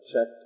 check